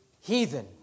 heathen